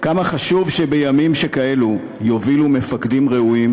כמה חשוב שבימים כאלה יובילו מפקדים ראויים,